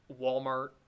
walmart